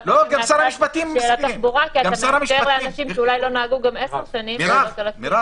--- של התחבורה כי אתה מאפשר לאנשים שאולי נהגו גם 10 שנים -- מרב,